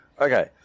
Okay